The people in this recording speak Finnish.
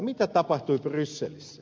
mitä tapahtui brysselissä